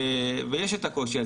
יש את הפחד הזה ואת הקושי הזה.